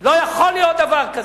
לא יכול להיות דבר כזה.